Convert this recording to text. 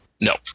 No